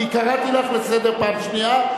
כי קראתי אותך לסדר פעם שנייה,